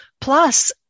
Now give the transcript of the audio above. Plus